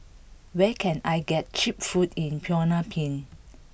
where can I get cheap food in Phnom Penh